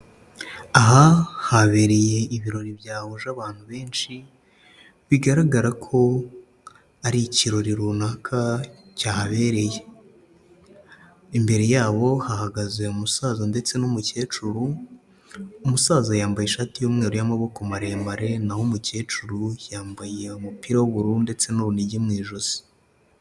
Aha habereye ibirori byahuje abantu benshi, bigaragara ko ari ikirori runaka cyahabereye. Imbere yabo hahagaze umusaza ndetse n'umukecuru, umusaza yambaye ishati y'umweru y'amaboko maremare, naho umukecuru yambaye umupira w'ubururu ndetse n'urunigi mu ijosi.